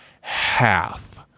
hath